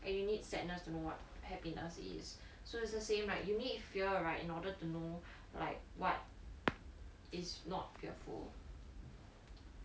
and you need sadness to know what happiness is so it's the same like you need fear right in order to know like what is not fearful